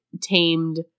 tamed